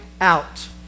out